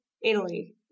Italy